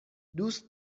دوست